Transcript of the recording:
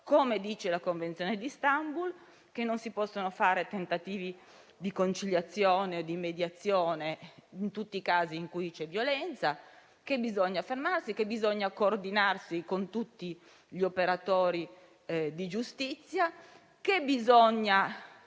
come prevede la Convenzione di Istanbul, che non si possono fare tentativi di conciliazione o di mediazione in tutti i casi in cui c'è violenza, che bisogna fermarsi e che bisogna coordinarsi con tutti gli operatori di giustizia. Volendo